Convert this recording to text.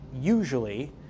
usually